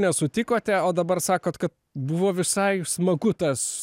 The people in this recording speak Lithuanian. nesutikote o dabar sakot kad buvo visai smagu tas